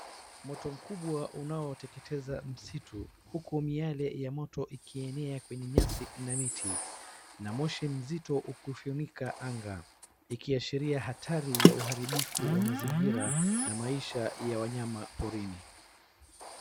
Moto mkubwa unaoteketeza msitu huku miale ya moto ikienea kwenye nyasi na miti, na moshi mzito ukifunika anga ikiashiria hatari ya uharibifu wa mazingira na maisha ya wanyama porini.